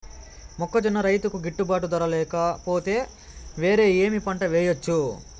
మొక్కజొన్న రైతుకు గిట్టుబాటు ధర లేక పోతే, వేరే ఏమి పంట వెయ్యొచ్చు?